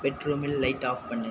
பெட்ரூமில் light off பண்ணு